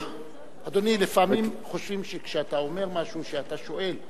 אדוני, לפעמים חושבים שכשאתה אומר משהו אתה שואל,